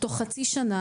תוך חצי שנה